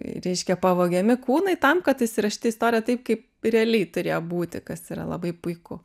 reiškia pavogiami kūnai tam kad įsirašyti į istoriją taip kaip realiai turėjo būti kas yra labai puiku